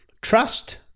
trust